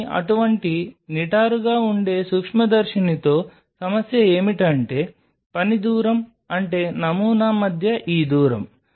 కానీ అటువంటి నిటారుగా ఉండే సూక్ష్మదర్శినితో సమస్య ఏమిటంటే పని దూరం అంటే నమూనా మధ్య ఈ దూరం